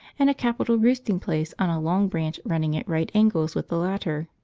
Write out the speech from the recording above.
and a capital roosting-place on a long branch running at right angles with the ladder.